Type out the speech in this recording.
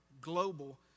global